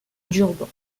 durban